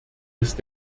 ist